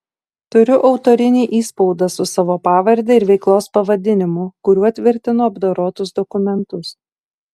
turiu autorinį įspaudą su savo pavarde ir veiklos pavadinimu kuriuo tvirtinu apdorotus dokumentus